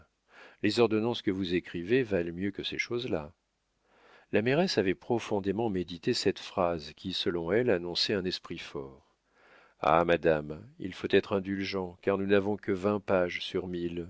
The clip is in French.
les ordonnances que vous écrivez valent mieux que ces choses-là la mairesse avait profondément médité cette phrase qui selon elle annonçait un esprit fort ah madame il faut être indulgent car nous n'avons que vingt pages sur